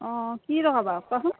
অঁ কি লগাবা কোৱাচোন